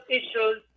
issues